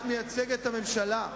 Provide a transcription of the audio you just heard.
את מייצגת את הממשלה.